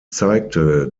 zeigte